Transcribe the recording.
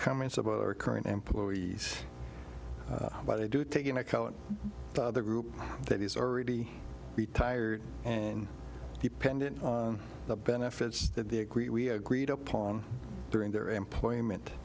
comments about our current employees but i do take into account their group that is already retired and dependent on the benefits that they agreed we agreed upon during their employment